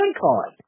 card